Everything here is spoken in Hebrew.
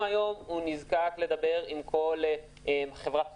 אם היום הוא נזקק לדבר למשל עם חברת החשמל,